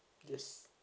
yes